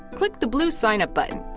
click the blue sign up button.